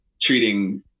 treating